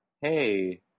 hey